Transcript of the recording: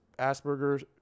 asperger's